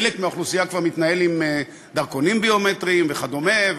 חלק מהאוכלוסייה כבר מתנהל עם דרכונים ביומטריים וכדומה,